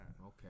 Okay